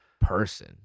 person